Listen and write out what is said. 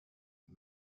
und